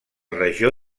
regió